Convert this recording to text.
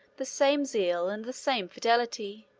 the same zeal and the same fidelity.